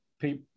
people